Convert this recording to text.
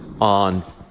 on